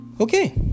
Okay